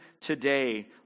today